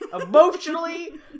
Emotionally